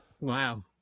Wow